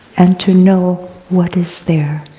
and to know what is there.